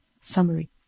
summary